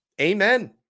Amen